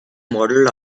modeled